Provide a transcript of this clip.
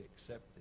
accepted